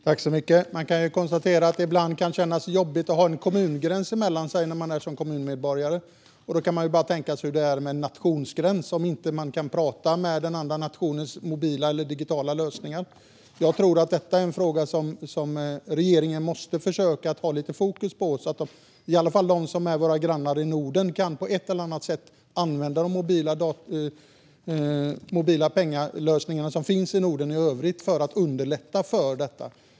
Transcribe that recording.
Fru talman! Man kan konstatera att det ibland kan kännas jobbigt som kommunmedborgare att ha kommungränser mellan sig, och då kan man tänka hur det är att ha nationsgränser som gör att man inte kan prata med den andra nationens mobila eller digitala lösningar. Jag tror att det här är en fråga som regeringen måste försöka ha lite fokus på för att underlätta för våra grannar i Norden att på ett eller annat sätt använda de mobila penninglösningar som finns i övriga Norden.